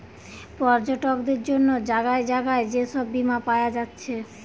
পর্যটকদের জন্যে জাগায় জাগায় যে সব বীমা পায়া যাচ্ছে